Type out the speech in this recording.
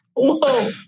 Whoa